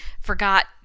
forgot